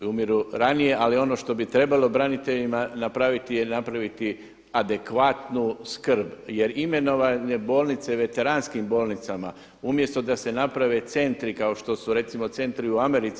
Umiru ranije, ali ono što bi trebalo braniteljima napraviti je napraviti adekvatnu skrb jer imenovanje bolnice veteranskim bolnicama umjesto da se naprave centri kao što su recimo centri u Americi.